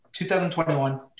2021